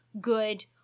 good